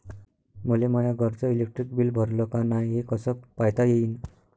मले माया घरचं इलेक्ट्रिक बिल भरलं का नाय, हे कस पायता येईन?